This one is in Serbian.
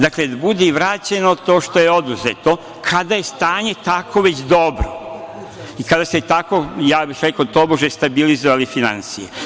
Dakle, da bude vraćeno to što je oduzeto, kada je stanje tako već dobro i kada ste tako, ja bih rekao tobože, stabilizovali finansije.